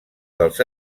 dels